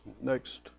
next